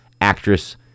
actress